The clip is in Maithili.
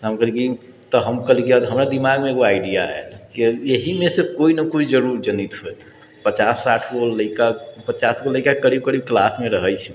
तऽ हम कहलिऐ कि हम कहलिऐ कि हमरा दिमागमे एगो आइडिया आएल कि एहिमेसँ केओ ने केओ जरुर जनैत होएत पचास साठि गो लइका पचास गो लइका क्लासमे करीब करीब रहैत छै